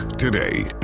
today